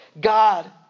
God